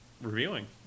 reviewing